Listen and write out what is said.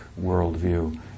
worldview